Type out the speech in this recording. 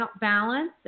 balance